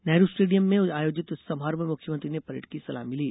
Nehru stadium में आयोजित समारोह में मुख्यमंत्री ने परेड की सलामी ली